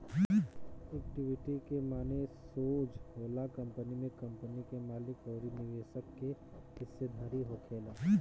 equity के माने सोज होला कंपनी में कंपनी के मालिक अउर निवेशक के हिस्सेदारी होखल